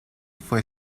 fue